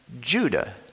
Judah